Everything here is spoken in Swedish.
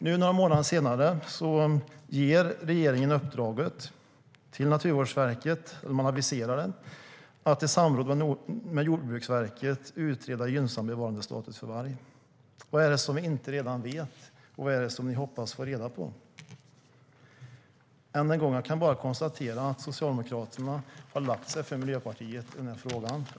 Nu, några månader senare, aviserar regeringen ett uppdrag till Naturvårdsverket att i samråd med Jordbruksverket utreda en gynnsam bevarandestatus för varg. Vad är det vi inte redan vet? Vad är det ni hoppas få reda på? Än en gång kan jag bara konstatera att Socialdemokraterna har lagt sig för Miljöpartiet i den här frågan.